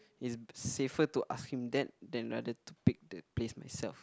it's safer to ask him that than rather to pick the place myself